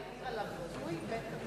אפשר להגיב על הביטוי בית-המשפט,